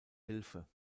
hilfe